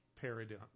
paradigm